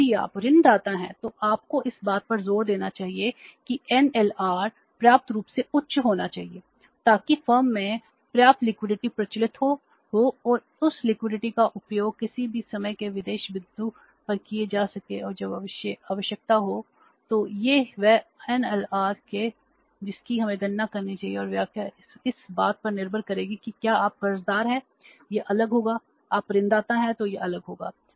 और यदि आप ऋणदाता हैं तो आपको इस बात पर जोर देना चाहिए कि एनएलआर है जिसकी हमें गणना करनी चाहिए और व्याख्या इस बात पर निर्भर करेगी कि क्या आप कर्जदार हैं यह अलग होगा आप ऋणदाता हैं तो यह अलग होगा